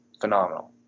phenomenal